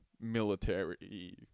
military